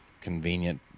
convenient